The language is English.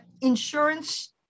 insurance